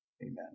Amen